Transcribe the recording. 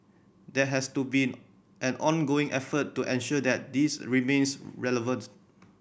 that has to be an ongoing effort to ensure that this remains relevant